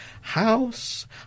house